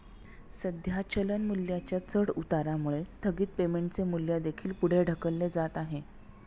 सध्या चलन मूल्याच्या चढउतारामुळे स्थगित पेमेंटचे मूल्य देखील पुढे ढकलले जात आहे